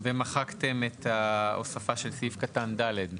ומחקתם את ההוספה של סעיף קטן (ד).